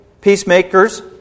peacemakers